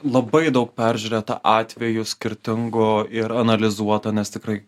labai daug peržiūrėta atvejų skirtingų ir analizuota nes tikrai